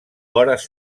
vores